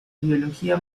biología